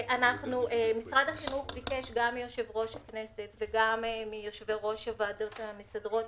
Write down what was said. משרד החינוך ביקש גם מיושב-ראש הכנסת וגם מיושבי ראש הוועדות המסדרות